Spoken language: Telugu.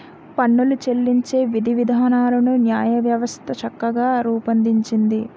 పన్నులు చెల్లించే విధివిధానాలను న్యాయవ్యవస్థ చక్కగా రూపొందించింది